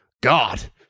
God